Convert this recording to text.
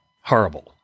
horrible